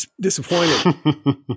disappointed